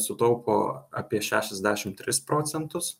sutaupo apie šešiasdešimt tris procentus